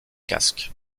casque